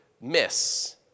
miss